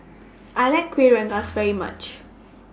I like Kuih Rengas very much